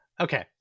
Okay